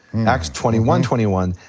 acts twenty one twenty one,